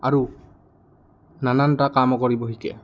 আৰু নানানটা কাম কৰিব শিকে